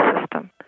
system